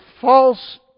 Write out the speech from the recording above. false